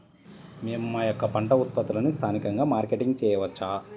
మేము మా యొక్క పంట ఉత్పత్తులని స్థానికంగా మార్కెటింగ్ చేయవచ్చా?